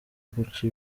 guca